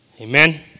Amen